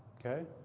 ok?